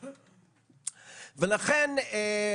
לכן,